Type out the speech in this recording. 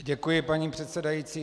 Děkuji, paní předsedající.